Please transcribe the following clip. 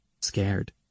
scared